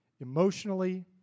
emotionally